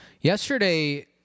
Yesterday